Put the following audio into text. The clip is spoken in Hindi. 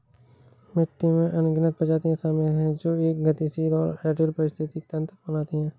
मिट्टी में अनगिनत प्रजातियां शामिल हैं जो एक गतिशील और जटिल पारिस्थितिकी तंत्र बनाती हैं